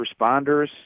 responders